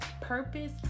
purpose